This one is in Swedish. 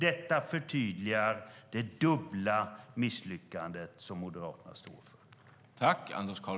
Detta förtydligar det dubbla misslyckande som Moderaterna står för.